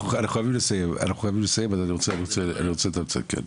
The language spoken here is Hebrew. אנחנו חייבים לסיים אז אני רוצה לתמצת.